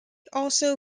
also